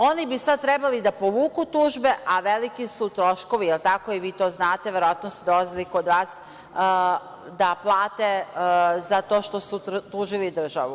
Oni bi sad trebali da povuku tužbe, a veliki su troškovi, da li je tako, i vi to znate, verovatno su dolazili kod vas da plate za to što su tužili državu.